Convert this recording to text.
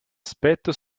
aspetto